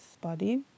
body